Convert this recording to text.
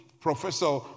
professor